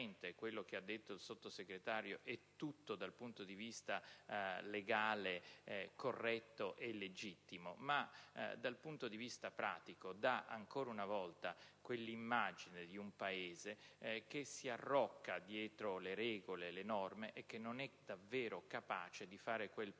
quel che ha detto il Sottosegretario, dal punto di vista legale, è corretto e legittimo, ma dal punto di vista pratico dà ancora una volta l'immagine di un Paese che si arrocca dietro le regole e le norme e che non è capace di fare quel passo